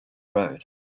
road